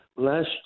Last